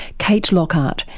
kate lockhart,